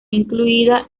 incluida